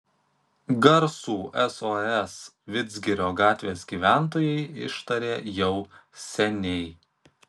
garsų sos vidzgirio gatvės gyventojai ištarė jau seniai